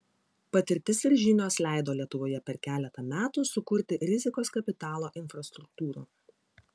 patirtis ir žinios leido lietuvoje per keletą metų sukurti rizikos kapitalo infrastruktūrą